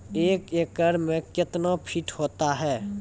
एक एकड मे कितना फीट होता हैं?